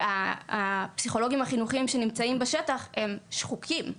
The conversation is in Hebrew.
הפסיכולוגים החינוכיים שנמצאים בשטח הם שחוקים.